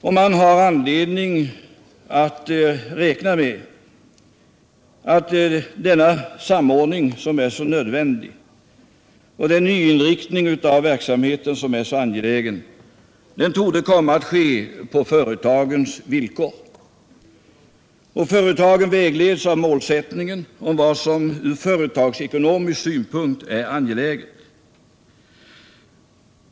Och man har anledning att räkna med att denna samordning, som är så nödvändig, och den nyinriktning av verksamheten som är så angelägen torde komma att ske på företagens villkor. Företagen vägleds av målsättningen att uppnå vad som ur företagsekonomisk synpunkt är angeläget.